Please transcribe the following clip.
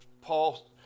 Paul